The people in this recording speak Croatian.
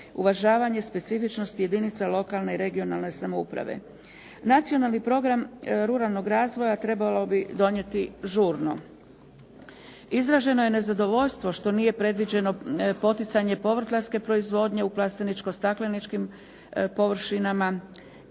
uvažavanje specifičnosti jedinica lokalne i regionalne samouprave. Nacionalni program ruralnog razvoja trebalo bi donijeti žurno. Izraženo je nezadovoljstvo što nije predviđeno poticanje povrtlarske proizvodnje u plasteničko-stakleničkim površinama